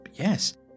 Yes